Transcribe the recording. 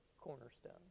cornerstone